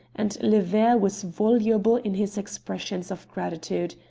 and le ver was voluble in his expressions of gratitude.